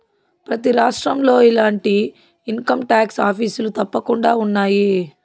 ప్రతి రాష్ట్రంలో ఇలాంటి ఇన్కంటాక్స్ ఆఫీసులు తప్పకుండా ఉన్నాయి